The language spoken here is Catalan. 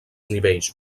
nivells